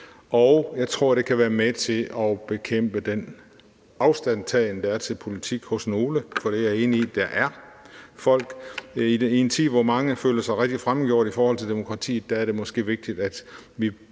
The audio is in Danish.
og jeg tror, det kan være med til at bekæmpe den afstandtagen til politik, der er hos nogle, for det er jeg enig i der er. I en tid, hvor rigtig mange føler sig fremmedgjorte i forhold til demokratiet, er det måske vigtigt, at vi